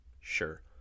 Sure